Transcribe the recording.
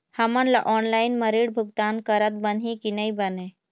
हमन ला ऑनलाइन म ऋण भुगतान करत बनही की नई बने?